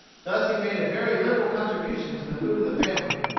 thus he made a very liberal contribution to the food of the family,